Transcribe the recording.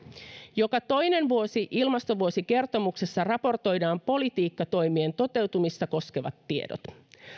joka toinen vuosi ilmastovuosikertomuksessa raportoidaan politiikkatoimien toteutumista koskevat tiedot